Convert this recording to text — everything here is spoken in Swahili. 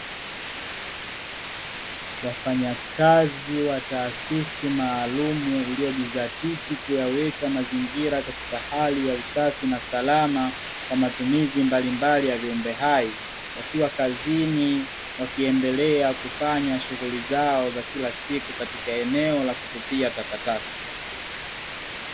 Wafanyakazi wa taasisi maalumu iliyojizatiti kuyaweka mazingira katika hali ya usafi na salama kwa matumizi mbalimbali ya viumbe hai, wakiwa kazini wakiendelea kufanya shughuli zao za kila siku katika eneo la kutupia takataka.